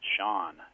Sean